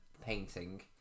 painting